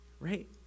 right